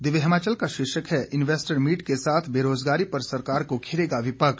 दिव्य हिमाचल का शीर्षक है इन्वेस्टर मीट के साथ बेरोजगारी पर सरकार को घेरेगा विपक्ष